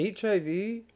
HIV